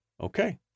Okay